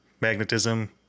magnetism